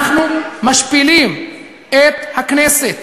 אנחנו משפילים את הכנסת.